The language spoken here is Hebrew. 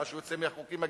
מה שיוצא מהחוקים הגזעניים,